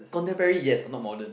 contemporary yes but not modern